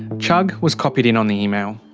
chugg was copied in on the email.